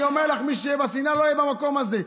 אני אומר לך, מי שיהיה בשנאה, לא יהיה במקום הזה.